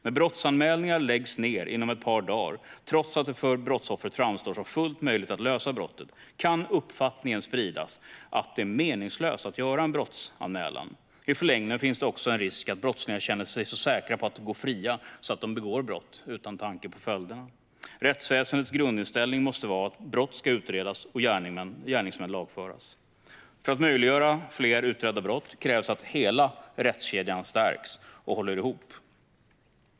När brottsanmälningar läggs ned inom ett par dagar, trots att det för brottsoffret framstår som fullt möjligt att lösa brottet, kan uppfattningen spridas att det är meningslöst att göra en brottsanmälan. I förlängningen finns det också en risk att brottslingar känner sig så säkra på att gå fria att de begår brott utan tanke på följderna. Rättsväsendets grundinställning måste vara att brott ska utredas och gärningsmän lagföras. För att möjliggöra att fler brott utreds krävs att hela rättskedjan stärks och håller ihop.